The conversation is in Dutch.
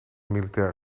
militaire